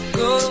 go